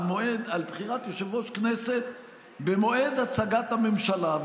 בחירת יושב-ראש כנסת במועד הצגת הממשלה,